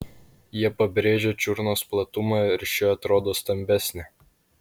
jie pabrėžia čiurnos platumą ir ši atrodo stambesnė